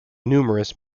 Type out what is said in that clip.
numerous